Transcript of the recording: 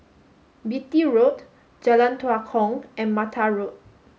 Beatty Road Jalan Tua Kong and Mattar Road